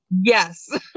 yes